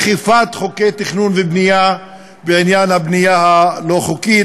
לו "אכיפת חוקי תכנון ובנייה בעניין הבנייה הלא-חוקית",